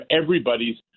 everybody's